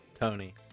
Tony